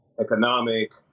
economic